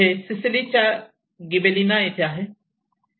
हे सिसिलीच्या गिबेलिना येथे आहे